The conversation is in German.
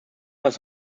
das